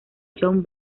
john